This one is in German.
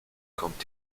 kommt